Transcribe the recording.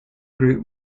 group